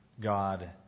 God